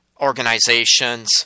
organizations